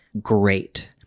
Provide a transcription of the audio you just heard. great